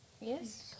Yes